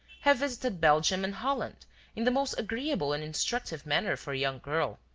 have visited belgium and holland in the most agreeable and instructive manner for a young girl.